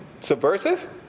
subversive